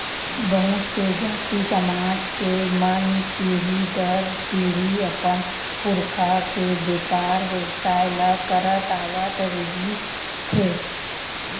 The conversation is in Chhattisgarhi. बहुत से जाति, समाज के मन पीढ़ी दर पीढ़ी अपन पुरखा के बेपार बेवसाय ल करत आवत रिहिथे